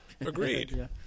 Agreed